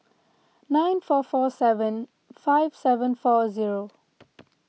nine four four seven five seven four zero